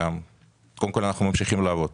קודם כל, אנחנו ממשיכים לעבוד